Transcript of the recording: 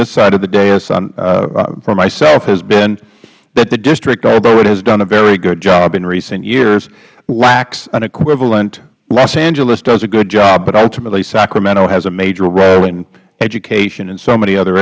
this side of the dais for myself has been that the district although it has done a very good job in recent years lacks an equivalenth los angeles does a good job but ultimately sacramento has a major role in education and so many other